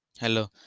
Hello